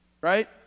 Right